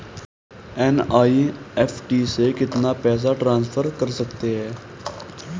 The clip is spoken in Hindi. एन.ई.एफ.टी से कितना पैसा ट्रांसफर कर सकते हैं?